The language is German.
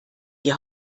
die